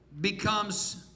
becomes